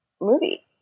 movie